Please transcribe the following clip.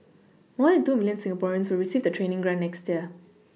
more than two milLion Singaporeans will receive the training grant next year